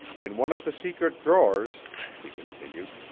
in one of the secret drawers, she continued,